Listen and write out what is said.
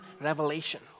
revelation